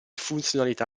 funzionalità